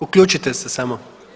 Uključite se samo.